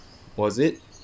was it